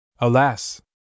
Alas